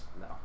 no